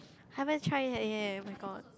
haven't try yet leh oh-my-god